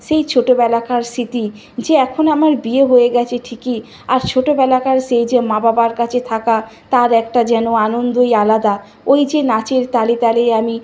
সেই ছোটোবেলাকার স্মৃতি যে এখন আমার বিয়ে হয়ে গিয়েছে ঠিকই আর ছোটোবেলাকার সেই যে মা বাবার কাছে থাকা তার একটা যেন আনন্দই আলাদা ওই যে নাচের তালে তালে আমি